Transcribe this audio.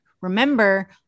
remember